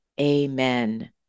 Amen